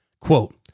Quote